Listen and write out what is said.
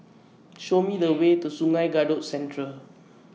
Show Me The Way to Sungei Kadut Central